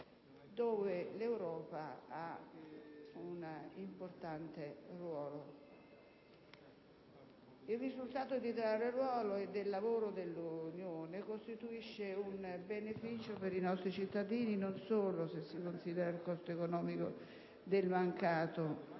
dove l'Europa ha un importante ruolo. Il risultato di tale ruolo e del lavoro dell'Unione costituisce un beneficio per i nostri cittadini, non solo se si considera il costo economico del mancato